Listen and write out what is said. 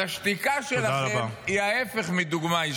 אז השתיקה שלכם היא ההפך מדוגמה אישית.